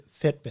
Fitbit